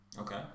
Okay